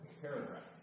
paragraph